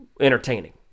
entertaining